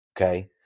Okay